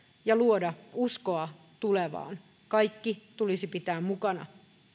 ja luoda uskoa tulevaan kaikki tulisi pitää mukana